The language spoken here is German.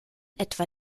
etwa